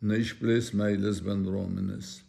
neišplės meilės bendruomenės